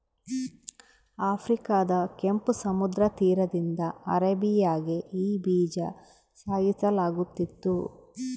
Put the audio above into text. ಆಫ್ರಿಕಾದ ಕೆಂಪು ಸಮುದ್ರ ತೀರದಿಂದ ಅರೇಬಿಯಾಗೆ ಈ ಬೀಜ ಸಾಗಿಸಲಾಗುತ್ತಿತ್ತು